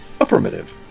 affirmative